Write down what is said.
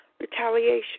retaliation